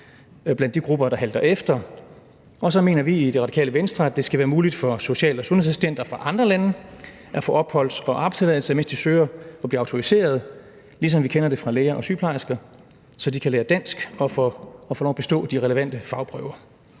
blandt de grupper, der halter efter. Og så mener vi i Det Radikale Venstre, at det skal være muligt for social- og sundhedsassistenter fra andre lande at få opholds- og arbejdstilladelser, mens de søger om at blive autoriserede, ligesom vi kender det fra læger eller sygeplejersker, så de kan lære dansk og få lov til at bestå de relevante fagprøver.